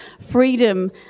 freedom